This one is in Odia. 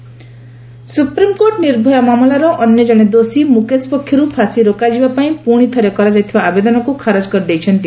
ନିର୍ଭୟା ସୁପ୍ରିମକୋର୍ଟ ନିର୍ଭୟା ମାମଲାର ଅନ୍ୟଜଣେ ଦୋଷୀ ମୁକେଶ ପକ୍ଷରୁ ଫାଶୀ ରୋକାଯିବା ପାଇଁ ପୁଣିଥରେ କରାଯାଇଥିବା ଆବେଦନକୁ ଖାରଜ କରିଦେଇଛନ୍ତି